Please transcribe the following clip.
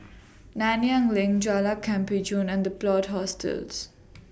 Nanyang LINK Jalan Kemajuan and The Plot Hostels